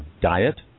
diet